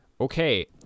Okay